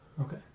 Okay